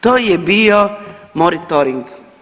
To je bio monitoring.